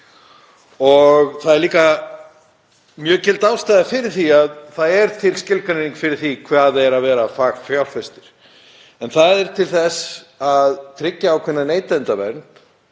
Það er líka mjög gild ástæða fyrir því að það er til skilgreining á því hvað er að vera fagfjárfestir. Það er til þess að tryggja ákveðna neytendavernd